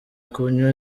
kunywa